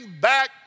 back